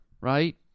Right